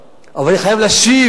אבל אני חייב להשיב למסתייגים.